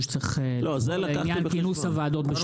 זה לקחתי בחשבון.